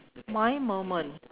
my moment